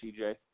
TJ